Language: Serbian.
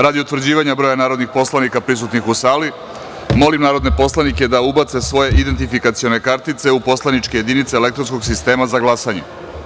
Radi utvrđivanja broja narodnih poslanika prisutnih u sali, molim narodne poslanike da ubace svoje kartice u poslaničke jedinice elektronskog sistema za glasanje.